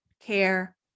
care